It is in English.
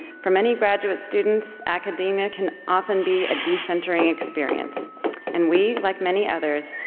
for many graduate students, academia can often be a decentering experience and we, like many others,